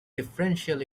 differential